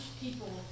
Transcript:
people